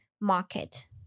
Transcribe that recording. market